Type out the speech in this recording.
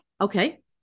Okay